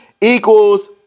equals